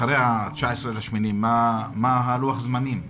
אחרי ה-19.8 מה לוח הזמנים?